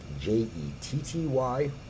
J-E-T-T-Y